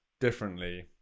differently